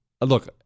look